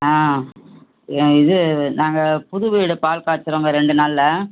ஆ ஏன் இது நாங்கள் புது வீடு பால் காய்சுறோங்க ரெண்டு நாளில்